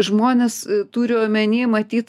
žmonės turi omeny matyt